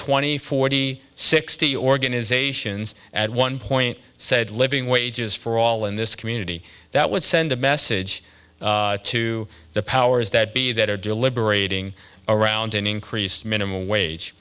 twenty forty sixty organisations at one point said living wages for all in this community that would send a message to the powers that be that are deliberating around an increased minimum wage